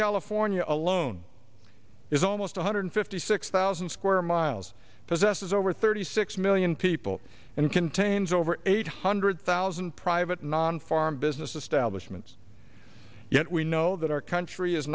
california alone is almost one hundred fifty six thousand square miles possesses over thirty six million people and contains over eight hundred thousand private non farm business establishment yet we know that our country is